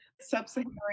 sub-Saharan